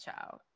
child